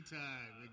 time